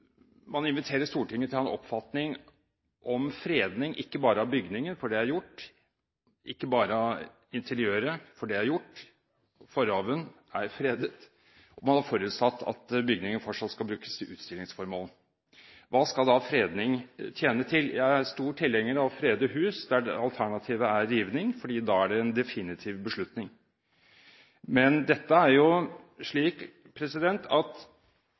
man inviterer Stortinget til å ha en oppfatning om fredning, ikke bare av bygningen, for det er gjort, ikke bare av interiøret, for det er gjort. Forhaven er fredet, man har forutsatt at bygningen fortsatt skal brukes til utstillingsformål. Hva skal da fredning tjene til? Jeg er en stor tilhenger av å frede hus der alternativet er rivning, fordi da er det en definitiv beslutning. Men dette er slik at